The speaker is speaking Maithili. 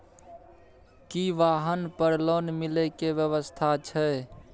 की वाहन पर लोन मिले के व्यवस्था छै?